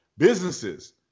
Businesses